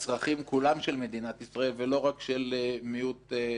כולם של מדינת ישראל ולא רק של מיעוט מועדף.